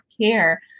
care